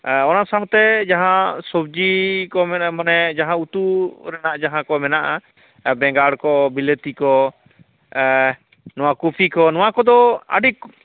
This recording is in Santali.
ᱚᱱᱟ ᱥᱟᱶᱛᱮ ᱡᱟᱦᱟᱸ ᱥᱚᱵᱡᱤ ᱠᱚ ᱢᱮᱱᱮᱜᱼᱟ ᱢᱟᱱᱮ ᱡᱟᱦᱟᱸ ᱩᱛᱩ ᱨᱮᱱᱟᱜ ᱡᱟᱦᱟᱸ ᱠᱚ ᱢᱮᱱᱟᱜᱼᱟ ᱵᱮᱸᱜᱟᱲ ᱠᱚ ᱵᱤᱞᱟᱹᱛᱤ ᱠᱚ ᱱᱚᱣᱟ ᱠᱚᱯᱤ ᱠᱚ ᱱᱚᱣᱟ ᱠᱚᱫᱚ ᱟᱹᱰᱤ